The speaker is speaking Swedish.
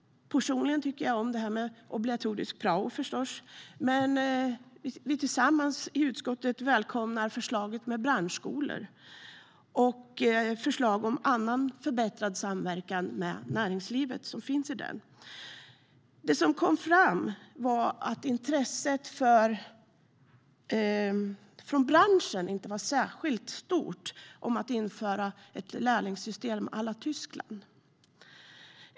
Personligen tycker jag om obligatorisk prao. Vi tillsammans i utskottet välkomnar förslaget med branschskolor och förslag om annan förbättrad samverkan med näringsliv som finns i den. Det som kom fram var att intresset från branschen inte var särskilt stort för att införa ett lärlingssystem à la Tyskland.